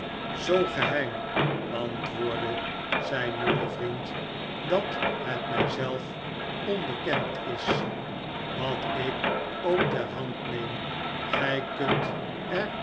zoo geheim antwoordde zijn jonge de wijde wereld in vriend dat het mij zelf onbekend is wat ik ook ter hand neem gij kunt